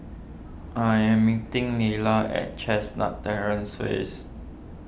I am meeting Lelar at Chestnut Terrace